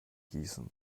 gießen